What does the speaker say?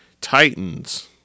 Titans